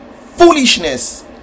foolishness